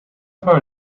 for